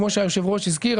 כמו שיושב הראש הזכיר,